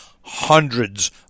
hundreds